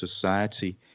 society